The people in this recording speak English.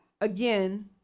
again